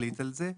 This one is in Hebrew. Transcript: להחליט על זה,